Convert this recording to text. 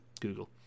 Google